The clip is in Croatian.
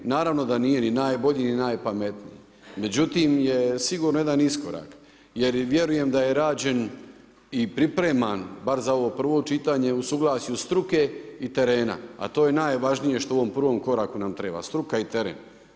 Naravno da nije ni najbolji, ni najpametniji međutim je sigurno jedan iskorak jer vjerujem da je rađen i pripreman bar za ovo prvo čitanje u suglasju struke i terena, a to je najvažnije što u ovom prvom koraku nam treba struka i teren.